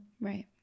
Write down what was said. Right